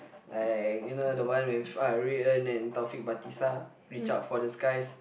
like you know the one with ah Rui En and Taufik Batisah reach out for the skies